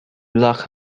blog